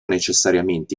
necessariamente